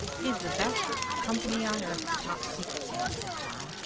he's the best company on earth to talk secrets in, said john.